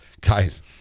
guys